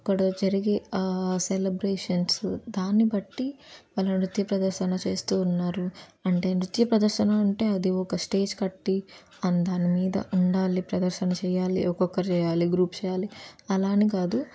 అక్కడ జరిగే సెలబ్రేషన్సు దాన్ని బట్టి వాళ్ళ నృత్య ప్రదర్శన చేస్తూ ఉన్నారు అంటే నృత్య ప్రదర్శన అంటే అది ఒక స్టేజ్ కట్టి అండ్ దాని మీద ఉండాలి ప్రదర్శన చెయ్యాలి ఒక్కొక్కరు చేయాలి గ్రూప్ చేయాలి అలా అని కాదు